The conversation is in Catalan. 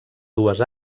dues